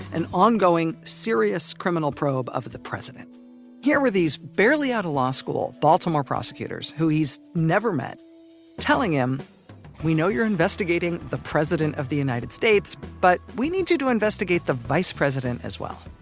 an ongoing, serious criminal probe of the president and here were these barely-out-of-law-school baltimore prosecutors who he's never met telling him we know you're investigating the president of the united states, but we need you to investigate the vice president, as well.